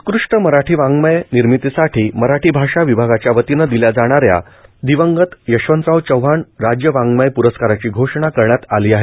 उत्कष्ट मराठी वाङमय निर्मितीसाठी मराठी भाषा विभागाच्यावतीने दिल्या जाणाऱ्या दिवंगत यशवंतराव चव्हाण राज्य वाङ्मय प्रस्कारांची घोषणा करण्यात आली आहे